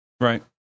right